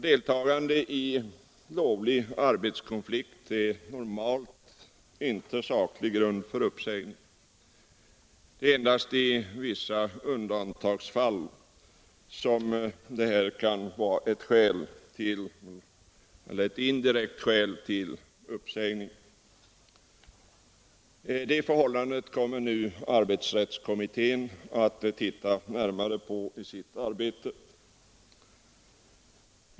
Deltagande i lovlig arbetskonflikt är normalt inte saklig grund för uppsägning. Det är endast i vissa undantagsfall som det här kan vara ett indirekt skäl till uppsägning. Detta förhållande kommer arbetsrättskommittén att titta närmare på i sitt arbete.